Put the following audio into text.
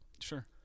Sure